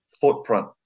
footprint